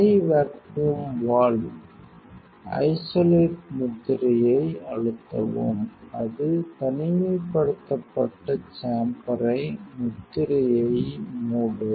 high vacuum valve isolate முத்திரையை அழுத்தவும் அது தனிமைப்படுத்தப்பட்ட சேம்பர் ஐ முத்திரையை மூடும்